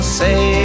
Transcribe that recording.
say